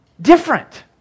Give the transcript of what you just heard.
different